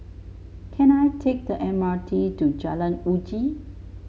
can I take the M R T to Jalan Uji